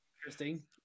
interesting